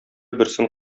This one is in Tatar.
берсен